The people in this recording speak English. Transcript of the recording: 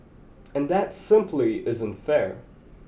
and that simply isn't fair